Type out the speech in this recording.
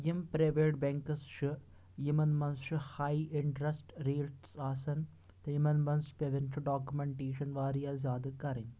یِم private banks چھِ یِمَن منٛز چھُ ہایی اِنٹرٛسٹ ریٹٕس آسان تہٕ یِمن منٛز چھِ پٮ۪وان چھِ ڈاکیوٗمیٚنٹیشَن واریاہ زیادٕ کَرٕنۍ